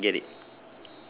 ya I get it